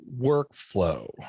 workflow